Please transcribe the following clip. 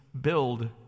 build